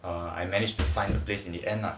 err I managed to find a place in the end lah